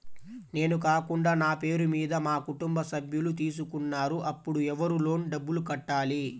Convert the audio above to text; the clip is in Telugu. నేను కాకుండా నా పేరు మీద మా కుటుంబ సభ్యులు తీసుకున్నారు అప్పుడు ఎవరు లోన్ డబ్బులు కట్టాలి?